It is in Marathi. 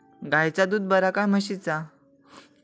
गायचा दूध बरा काय म्हशीचा?